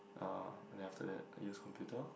uh then after that I use computer orh